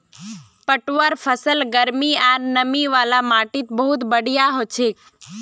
पटवार फसल गर्मी आर नमी वाला माटीत बहुत बढ़िया हछेक